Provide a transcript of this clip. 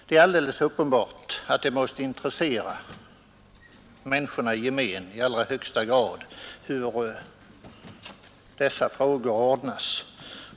Det är alldeles uppenbart att det i allra högsta grad måste intressera 3 människorna hur dessa frågor ordnas.